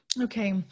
Okay